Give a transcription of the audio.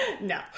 no